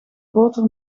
boter